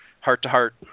heart-to-heart